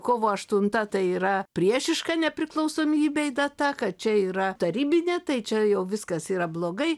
kovo aštunta tai yra priešiška nepriklausomybei data kad čia yra tarybinė tai čia jau viskas yra blogai